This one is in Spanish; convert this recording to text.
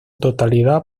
totalidad